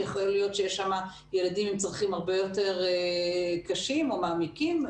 יכול להיות שיש שם ילדים עם צרכים הרבה יותר קשים או מעמיקים.